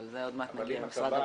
אבל זה עוד מעט נגיע למשרד הרווחה.